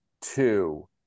two